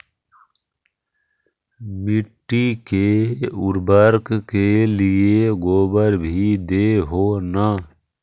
मिट्टी के उर्बरक के लिये गोबर भी दे हो न?